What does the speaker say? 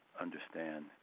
understand